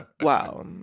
Wow